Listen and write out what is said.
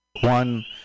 One